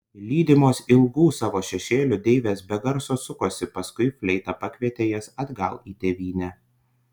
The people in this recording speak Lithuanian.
lydimos ilgų savo šešėlių deivės be garso sukosi paskui fleita pakvietė jas atgal į tėvynę